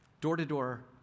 Door-to-door